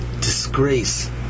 disgrace